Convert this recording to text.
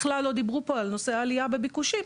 בכלל לא דיברו פה על נושא העלייה בביקושים.